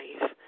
life